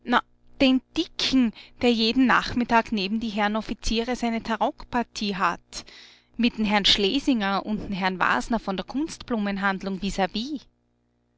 den dicken der jeden nachmittag neben die herren offiziere seine tarockpartie hat mit'n herrn schlesinger und'n herrn wasner von der kunstblumenhandlung vis vis